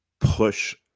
push